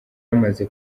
amaze